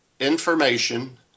Information